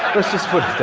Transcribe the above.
let's just put